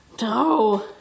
No